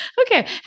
Okay